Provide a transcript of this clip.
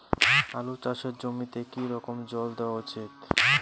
আলু চাষের জমিতে কি রকম জল দেওয়া উচিৎ?